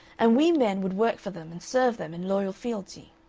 and we men would work for them and serve them in loyal fealty.